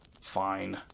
Fine